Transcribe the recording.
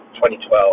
2012